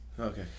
Okay